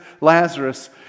Lazarus